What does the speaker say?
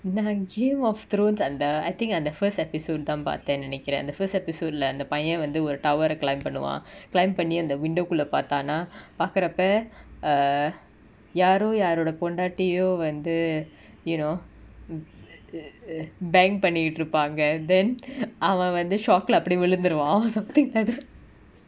நா:na game of thrones அந்த:antha I think அந்த:antha first episode தா பாத்தன்னு நெனைகுர அந்த:tha paathanu nenaikura antha first episode lah அந்த பைய வந்து ஒரு:antha paiya vanthu oru tower ah climb பன்னுவா:pannuva climb பன்னி அந்த:panni antha window குள்ள பாத்தானா பாக்குரப்ப:kulla paathana paakurappa err யாரோ யாரோட பொண்டாடியோ வந்து:yaro yaroda pondatiyo vanthu you know bain பன்னிட்டு இருப்பாங்க:pannitu irupanga then அவ வந்து:ava vanthu shock lah அப்டி விழுந்துருவா:apdi vilunthuruva oh something led a